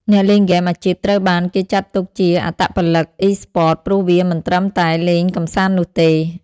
អ្នកលេងហ្គេមអាជីពត្រូវបានគេចាត់ទុកជា អត្តពលិកអុីស្ព័ត ព្រោះវាមិនត្រឹមតែលេងកម្សាន្តនោះទេ។